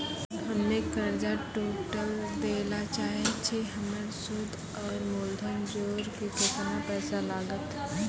हम्मे कर्जा टोटल दे ला चाहे छी हमर सुद और मूलधन जोर के केतना पैसा लागत?